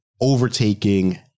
overtaking